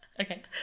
Okay